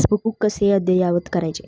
Passbook कसे अद्ययावत करायचे?